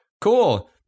cool